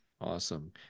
Awesome